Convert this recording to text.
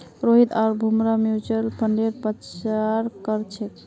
रोहित आर भूमरा म्यूच्यूअल फंडेर प्रचार कर छेक